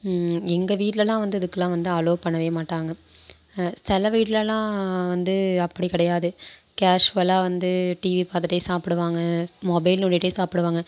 எங்கள் வீட்லெலாம் வந்து இதுக்கெலாம் வந்து அலோவ் பண்ணவே மாட்டாங்க சில வீட்லெலாம் வந்து அப்படி கிடையாது கேஷ்வலாக வந்து டிவி பார்த்துட்டே சாப்பிடுவாங்க மொபைல் நோண்டிகிட்டே சாப்பிடுவாங்க